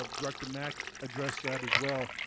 ah director mack addressed that as well.